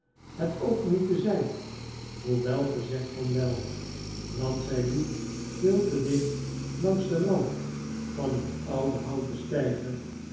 het ook niet te zijn hoewel ge zegt van wel want zij liep veel te dicht langs den rand van een ouden houten steiger